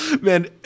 man